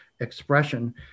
expression